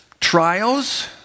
trials